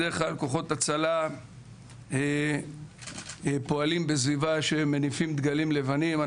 בדרך כלל כוחות הצלה פועלים בסביבה שהם מניפים דגלים לבנים.